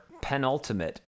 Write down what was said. penultimate